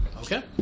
Okay